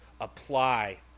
apply